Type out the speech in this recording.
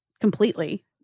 completely